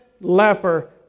leper